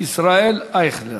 ישראל אייכלר.